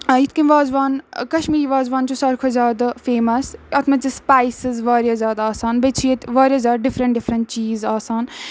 یِتھ کٔنۍ وازوان کشمیٖری وازوان چھِ ساروی کھۄتہٕ زیادٕ فیمَس اَتھ منٛز چھِ سپایسٕز واریاہ زیادٕ آسان بیٚیہِ چھِ ییٚتہِ واریاہ زیادٕ ڈِفرَنٛٹ ڈِفرَنٛٹ چیٖز آسان